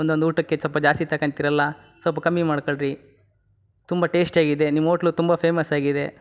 ಒಂದು ಒಂದು ಊಟಕ್ಕೆ ಸಲ್ಪ ಜಾಸ್ತಿ ತಗಂತೀರಲ್ಲ ಸಲ್ಪ ಕಮ್ಮಿ ಮಾಡ್ಕೊಳ್ರಿ ತುಂಬ ಟೇಸ್ಟಿಯಾಗಿದೆ ನಿಮ್ಮ ಹೋಟ್ಲು ತುಂಬ ಫೇಮಸ್ ಆಗಿದೆ